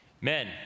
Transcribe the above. Men